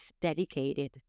dedicated